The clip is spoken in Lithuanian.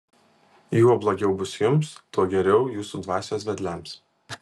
juo blogiau bus jums tuo geriau jūsų dvasios vedliams